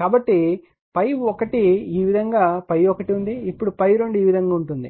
కాబట్టి ∅1 ఈ విధంగా ∅1 ఉంది అప్పుడు ∅2 ఈ విధంగా ఉంటుంది